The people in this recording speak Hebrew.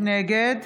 נגד